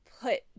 put